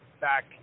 back